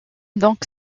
donc